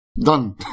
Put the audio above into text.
done